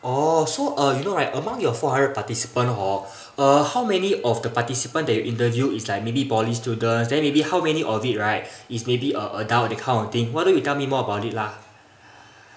oh so uh you know right among your four hundred participant hor uh how many of the participant that you interview is like maybe poly students then maybe how many of it right is maybe uh adult that kind of thing why don't you tell me more about it lah